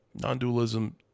non-dualism